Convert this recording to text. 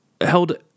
held